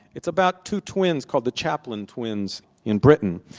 it's about two twins called the chaplain twins, in britain.